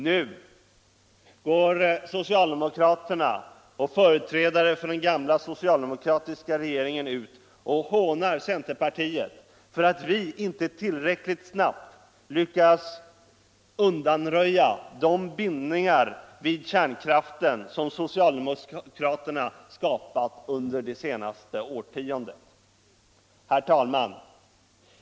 Nu går socialdemokraterna och företrädare för den gamla sociuldemokratiska regeringen ut och hånar centerpartiet för att vi inte tillräckligt snabbt lyckats undanröja de bindningar vid kärnkraften som socialdemokraterna skapat under de senaste årtiondena. Herr talman!